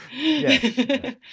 Yes